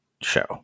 show